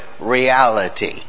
reality